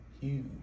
Huge